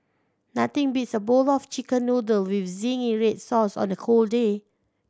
nothing beats a bowl of Chicken Noodle with zingy red sauce on a cold day